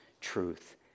truth